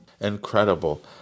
incredible